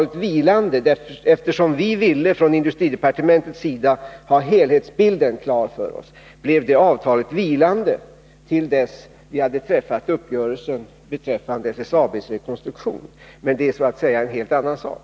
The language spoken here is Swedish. Eftersom vi från industridepartementets sida ville ha helhetsbilden klar för oss, blev avtalet sedan vilande till dess att vi hade träffat uppgörelsen beträffande SSAB:s rekonstruktion. Men det är så att säga en helt annan sak.